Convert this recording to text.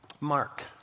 Mark